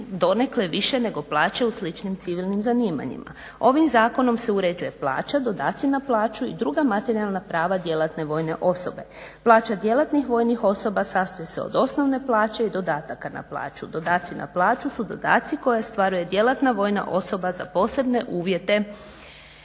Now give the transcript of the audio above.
donekle više nego plaće u sličnim civilnim zanimanjima. Ovim zakonom se uređuje plaća, dodaci na plaću i druga materijalna prava djelatne vojne osobe. Plaća djelatnih vojnih osoba sastoji se od osnovne plaće i dodataka na plaću, dodaci na plaću su dodati koje ostvaruje djelatna vojna osoba za posebne uvjete